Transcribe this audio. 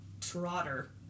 Trotter